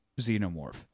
Xenomorph